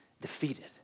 defeated